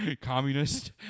Communist